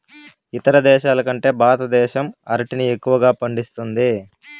ఇతర దేశాల కంటే భారతదేశం అరటిని ఎక్కువగా పండిస్తుంది